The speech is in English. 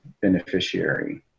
beneficiary